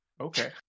Okay